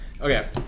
Okay